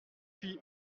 fille